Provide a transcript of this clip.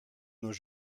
nos